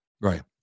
Right